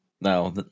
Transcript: No